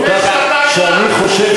על כך שאני חושב